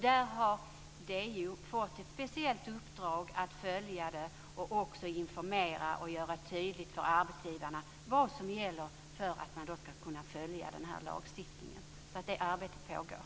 DO har fått ett speciellt uppdrag att följa detta och även informera om och göra tydligt för arbetsgivarna vad som gäller för att man ska kunna följa den här lagstiftningen. Det arbetet pågår.